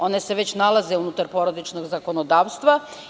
One se već nalaze unutar porodičnog zakonodavstva.